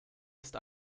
ist